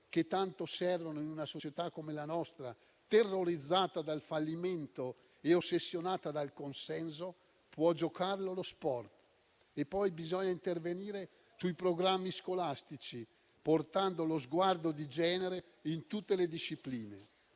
che tanto servono in una società come la nostra, terrorizzata dal fallimento e ossessionata dal consenso, può giocarlo lo sport. E poi bisogna intervenire sui programmi scolastici, portando lo sguardo di genere in tutte le discipline.